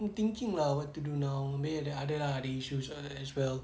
am thinking lah what to do now abeh ada other ah ada issues as well